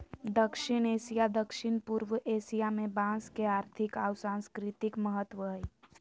दक्षिण एशिया, दक्षिण पूर्व एशिया में बांस के आर्थिक आऊ सांस्कृतिक महत्व हइ